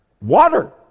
Water